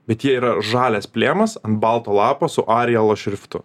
bet jie yra žalias plėmas ant balto lapo su arialo šriftu